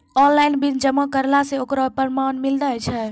Online bill जमा करला से ओकरौ परमान मिलै छै?